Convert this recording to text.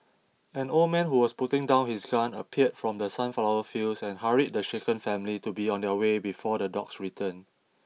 an old man who was putting down his gun appeared from the sunflower fields and hurried the shaken family to be on their way before the dogs return